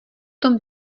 tom